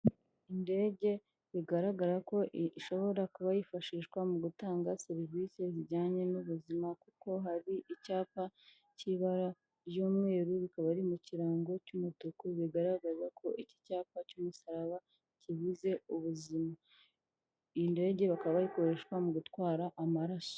Indege bigaragara ko ishobora kuba yifashishwa mu gutanga serivisi zijyanye n'ubuzima kuko hari icyapa cy'ibara ry'umweru bikaba ari mu kirango cy'umutuku bigaragaza ko iki cyapa cy'umusaraba kibuze ubuzima. Iyi ndege bakaba byikoreshwa mu gutwara amaraso.